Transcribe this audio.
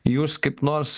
jūs kaip nors